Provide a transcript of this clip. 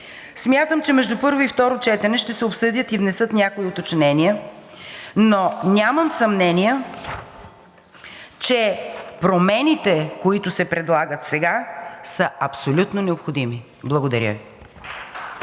Смятам, че между първо и второ четене ще се обсъдят и внесат някои уточнения, но нямам съмнения, че промените, които се предлагат сега, са абсолютно необходими. Благодаря Ви.